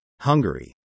Hungary